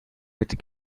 mit